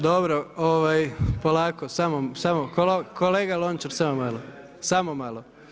Dobro, polako, kolega Lončar, samo malo.